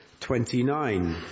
29